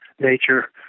nature